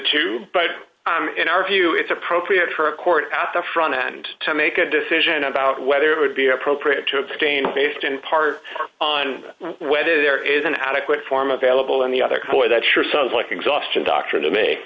two but in our view it's appropriate for a court at the front end to make a decision about whether it would be appropriate to abstain based in part on whether there is an adequate form available and the other core that sure sounds like exhaustion doctrine to me